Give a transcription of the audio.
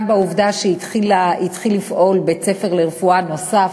גם בעובדה שהתחיל לפעול בית-ספר לרפואה נוסף